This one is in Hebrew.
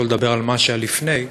שלא לדבר על מה שהיה לפני,